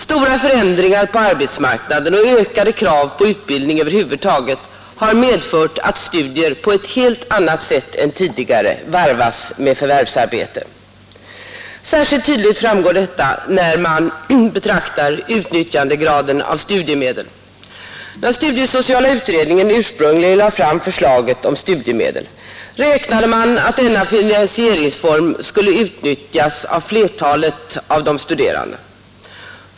Stora förändringar på arbetsmarknaden och ökade krav på utbildning över huvud taget har medfört att studier på ett helt annat sätt än tidigare varvas med förvärvsarbete. Särskilt tydligt framgår detta när man betraktar utnyttjandegraden av studiemedel. När studiesociala utredningen ursprungligen lade fram förslaget om studiemedel beräkande man att denna finansieringsform skulle utnyttjas av flertalet av de studerande.